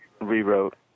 rewrote